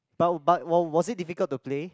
but but wa~ was it difficult to play